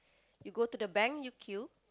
you go to the bank you queue